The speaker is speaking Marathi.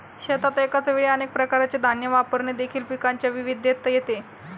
शेतात एकाच वेळी अनेक प्रकारचे धान्य वापरणे देखील पिकांच्या विविधतेत येते